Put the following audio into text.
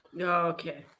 Okay